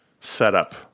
setup